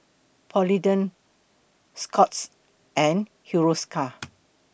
Polident Scott's and Hiruscar